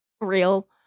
real